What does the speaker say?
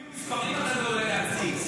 אפילו מספרים אתה לא יודע להציג.